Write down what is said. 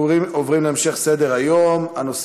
נעבור להצעות לסדר-היום מס'